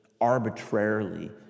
arbitrarily